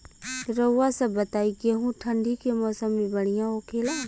रउआ सभ बताई गेहूँ ठंडी के मौसम में बढ़ियां होखेला?